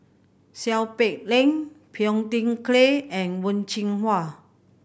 Seow Peck Leng Phua Thin Kiay and Wen Jinhua